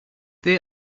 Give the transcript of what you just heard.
they